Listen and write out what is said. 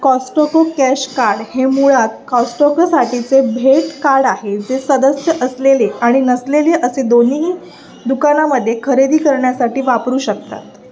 Costco cash card हे मुळात कॉस्टोकोसाटीचे भेट कार्ड आहे जे सदस्य असलेले आणि नसलेले असे दोन्हीही दुकानामध्ये खरेदी करण्यासाठी वापरू शकतात